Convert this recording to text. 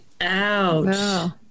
Ouch